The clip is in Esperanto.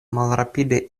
malrapide